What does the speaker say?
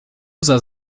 user